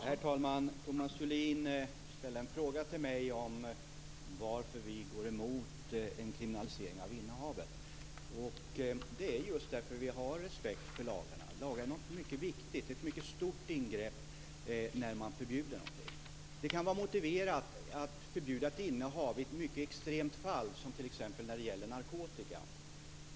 Herr talman! Thomas Julin ställde en fråga till mig om varför vi går emot en kriminalisering av innehavet. Det är just därför att vi har respekt för lagarna. Lagar är något mycket viktigt. Det är ett mycket stort ingrepp när man förbjuder någonting. Det kan vara motiverat att förbjuda ett innehav i ett mycket extremt fall, som t.ex. när det gäller narkotika.